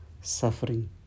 suffering